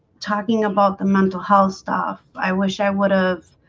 talking about the mental health stuff. i wish i would ah have